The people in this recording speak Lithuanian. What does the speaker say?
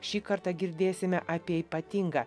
šį kartą girdėsime apie ypatingą